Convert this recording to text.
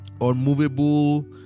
unmovable